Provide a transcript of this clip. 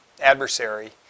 adversary